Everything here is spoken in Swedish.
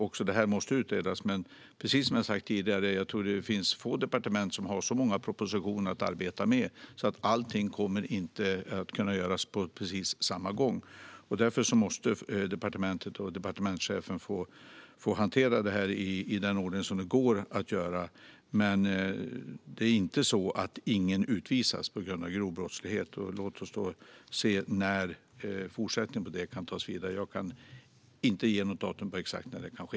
Också detta måste utredas, men som jag sagt tidigare tror jag att det finns få departement som har så många propositioner att arbeta med. Allt kommer inte att kunna göras på precis samma gång, utan departementet och departementschefen måste få hantera detta i den ordning det går att göra det. Men det är inte så att ingen utvisas på grund av grov brottslighet. Låt oss se när detta kan tas vidare. Jag kan inte ge något datum för exakt när det kan ske.